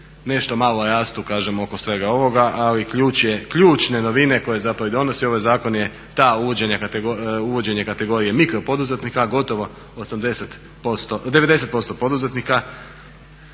nešto malo rastu, kažem oko svega ovoga. Ali ključne novine koje zapravo i donosi ovaj zakon je to uvođenje kategorije mikropoduzetnika, a gotovo 90% poduzetnika